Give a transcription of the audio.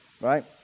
Right